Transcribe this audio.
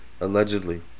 allegedly